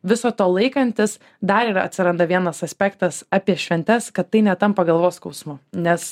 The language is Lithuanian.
viso to laikantis dar yra atsiranda vienas aspektas apie šventes kad tai netampa galvos skausmu nes